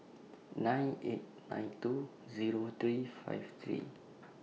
nine eight nine two Zero three five three